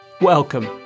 Welcome